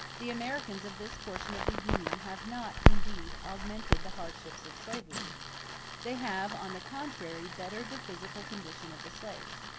the americans of this portion of the union have not, indeed, augmented the hardships of slavery they have, on the contrary, bettered the physical condition of the slaves.